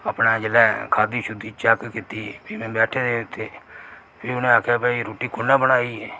अपने जेल्लै खादी शोदी चेक कीती फिह् उनें आखेआ कि रुट्टी कुन्नै बनाई